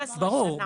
ברור.